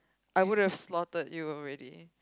I would have slaughtered you already